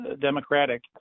Democratic